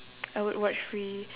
I would watch free